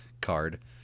card